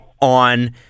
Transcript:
on